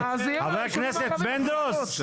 ח"כ פינדרוס,